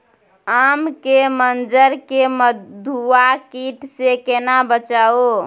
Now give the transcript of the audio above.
आम के मंजर के मधुआ कीट स केना बचाऊ?